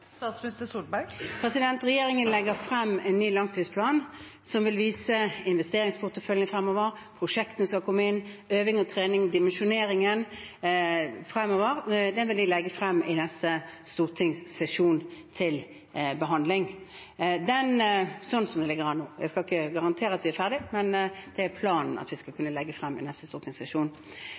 Regjeringen legger frem en ny langtidsplan som vil vise investeringsporteføljen fremover, prosjektene som har kommer inn, øving og trening, dimensjoneringen fremover. Det vil vi legge frem til behandling i neste stortingssesjon. Det er slik det ligger an nå. Jeg skal ikke garantere at vi blir ferdig, men planen er at vi skal kunne legge den frem i neste stortingssesjon.